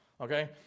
Okay